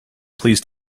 please